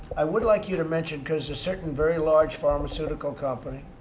i would like you to mention, because a certain, very large pharmaceutical company